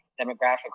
demographic